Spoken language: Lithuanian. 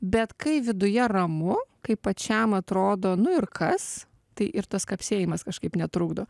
bet kai viduje ramu kai pačiam atrodo nu ir kas tai ir tas kapsėjimas kažkaip netrukdo